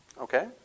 Okay